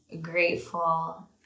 grateful